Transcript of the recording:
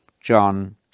john